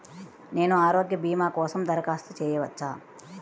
నేను ఆరోగ్య భీమా కోసం దరఖాస్తు చేయవచ్చా?